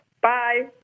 Bye